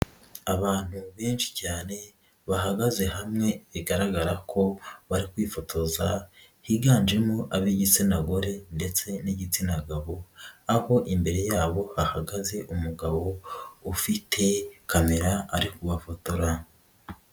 Abantu benshi cyane bahagaze hamwe bigaragara ko bari kwifotoza, higanjemo ab'igitsina gore ndetse n'igitsina gabo, aho imbere yabo hahagaze umugabo ufite kamera ari kubafotora.